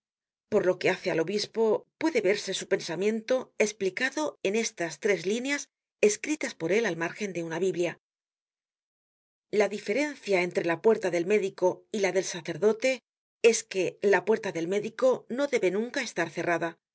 por lo que hace al obispo puede verse su pensamiento esplicado en estas tres líneas escritas por él al margen de una biblia la diferencia entre la puerta del médico y la del sacerdote es que la puerta del médico no debe nunca estar cerrada